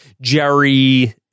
Jerry